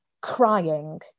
crying